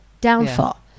downfall